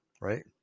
Right